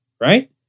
Right